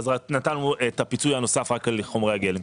אז רק נתנו את הפיצוי הנוסף רק על חומרי הגלם,